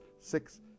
six